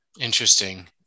Interesting